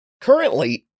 Currently